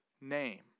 name